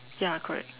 ya correct